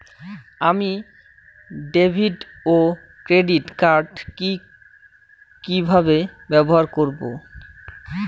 আমি ডেভিড ও credit card কি কিভাবে ব্যবহার করব?